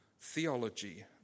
theology